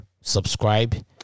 subscribe